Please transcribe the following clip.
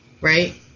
right